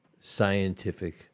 scientific